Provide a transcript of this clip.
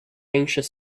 anxious